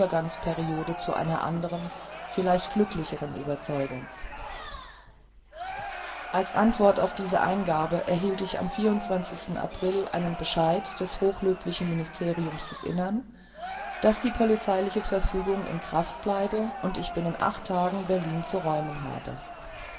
zu einer andern vielleicht glücklichern überzeugung als antwort auf diese eingabe erhielt ich am sten april einen bescheid des hochlöblichen ministeriums des innern daß die polizeiliche verfügung in kraft bleibe und ich binnen tagen berlin zu räumen habe